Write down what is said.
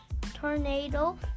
tornado